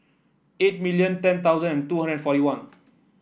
eight million ten thousand and two hundred forty one